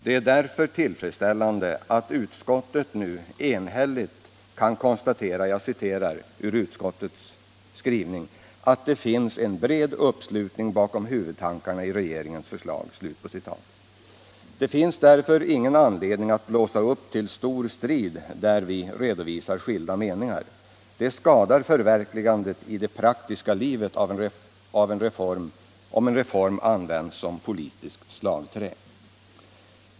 Det är därför tillfredsställande att utskottet nu enhälligt kan konstatera ”att det finns en bred uppslutning bakom huvudtankarna i regeringens förslag”. Man har därför ingen anledning att blåsa upp till stor strid på de punkter där vi redovisar skilda meningar. Det skadar förverkligandet i det praktiska livet om en reform används som politiskt slagträ.